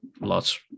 lots